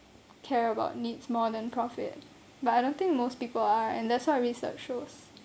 care about needs more than profit but I don't think most people are and that's what research shows